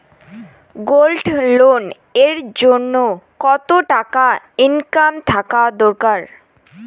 Gold loan এর জইন্যে কতো টাকা ইনকাম থাকা দরকার?